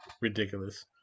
ridiculous